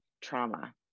trauma